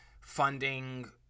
funding